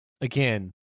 again